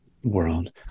world